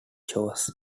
shows